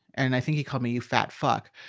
and i think he called me you fat fuck.